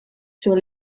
sur